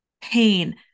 pain